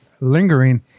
lingering